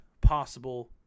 possible